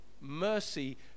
mercy